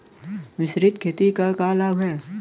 मिश्रित खेती क का लाभ ह?